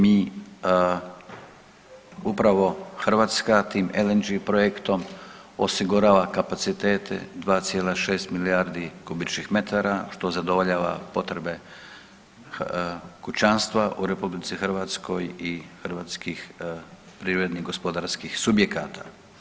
Mi upravo Hrvatska tim LNG projektom osigurava kapacitete 2,6 milijardi kubičnih metara, što zadovoljava potrebe kućanstva u RH i hrvatskih privrednih i gospodarskih subjekata.